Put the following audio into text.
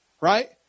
right